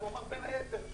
והוא אמר: בין היתר.